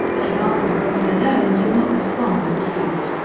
but rather because malone did not respond to the suit.